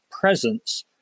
presence